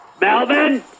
Melvin